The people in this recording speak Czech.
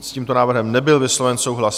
S tímto návrhem nebyl vysloven souhlas.